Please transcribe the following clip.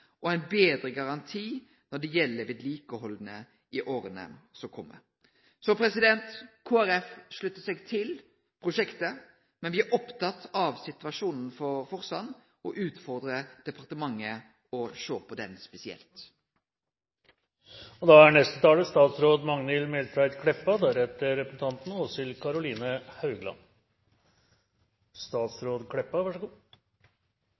og ein betre garanti når det gjeld vedlikehald i åra som kjem. Så Kristeleg Folkeparti sluttar seg til prosjektet, men me er opptekne av situasjonen for Forsand og utfordrar departementet til å sjå på den spesielt. Ja, det er